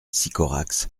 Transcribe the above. sycorax